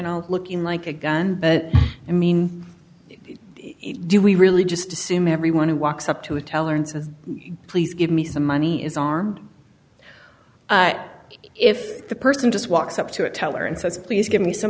know looking like a gun but i mean do we really just assume everyone who walks up to a teller and says please give me some money is arm if the person just walks up to a teller and says please give me some